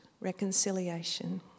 reconciliation